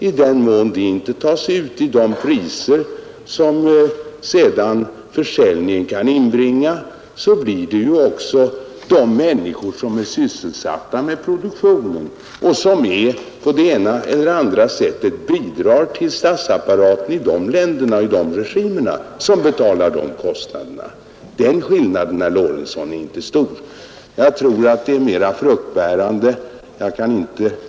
I den mån kostnaderna inte tas ut i priserna vid den kommande försäljningen blir det ju också där de i produktionen sysselsatta, alltså de som på ena eller andra sättet bidrar till statsapparaten i länder med sådana regimer, som får betala kostnaderna. Skillnaden är inte stor, herr Lorentzon.